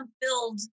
build